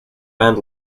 band